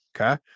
Okay